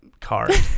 card